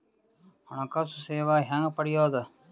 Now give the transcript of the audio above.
ಹಣಕಾಸು ಸೇವಾ ಹೆಂಗ ಪಡಿಯೊದ?